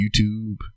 YouTube